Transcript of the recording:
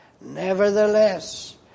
Nevertheless